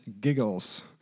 Giggles